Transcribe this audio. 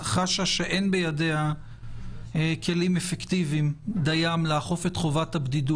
שאין בידיה כלים אפקטיביים דיים לאכוף את חובת הבידוד